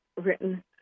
written